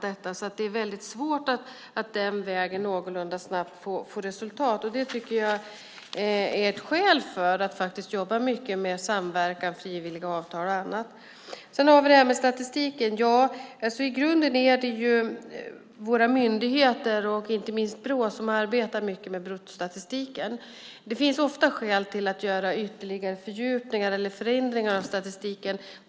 Det är väldigt svårt att någorlunda snabbt få resultat den vägen. Det tycker jag är ett skäl till att jobba mycket med samverkan och frivilliga avtal. Sedan har vi detta med statistiken. I grunden är det våra myndigheter, och inte minst Brå, som arbetar mycket med brottsstatistiken. Det finns ofta skäl att göra ytterligare fördjupningar eller förändringar av statistiken.